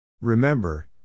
Remember